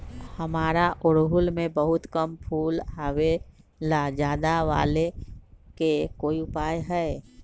हमारा ओरहुल में बहुत कम फूल आवेला ज्यादा वाले के कोइ उपाय हैं?